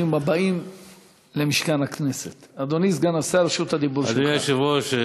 אדוני היושב-ראש,